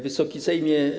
Wysoki Sejmie!